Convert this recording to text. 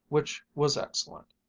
which was excellent,